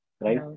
Right